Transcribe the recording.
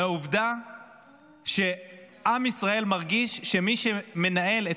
והעובדה שעם ישראל מרגיש שמי שמנהל את